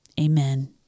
Amen